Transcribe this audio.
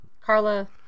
Carla